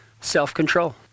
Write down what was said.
self-control